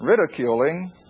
ridiculing